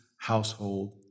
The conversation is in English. household